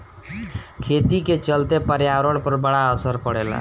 खेती का चलते पर्यावरण पर बड़ा असर पड़ेला